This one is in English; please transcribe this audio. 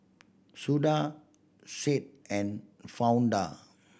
Judah Sade and Fonda